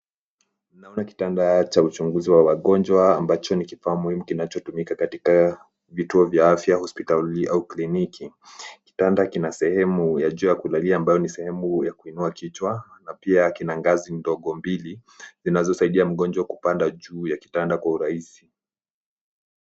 Naona kitanda cha uchunguzi wa wagonjwa ambacho ni kifaa muhimu kinachotumika katika vituo vya afya, hospitali au kliniki kitanda kina sehemu ya juu ya kulalia ambayo ni sehemu ya kuinua kichwa na pia kina ngazi ndogo mbili zinazosaidia mgonjwa kupanda juu ya kitanda kwa urahisi.